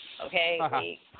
Okay